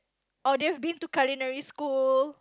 or they have been to culinary school